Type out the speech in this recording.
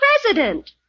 president